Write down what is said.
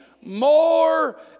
more